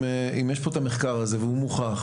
אם יש פה את המחקר הזה והוא מוכח,